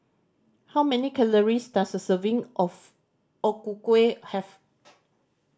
how many calories does a serving of O Ku Kueh have